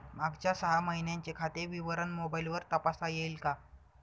मागच्या सहा महिन्यांचे खाते विवरण मोबाइलवर तपासता येईल का?